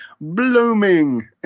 blooming